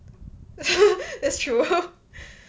that's true